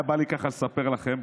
בא לי לספר לכם,